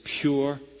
pure